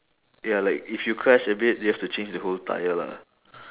ya like if you crash a bit you have to change the whole tyre lah